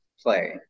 play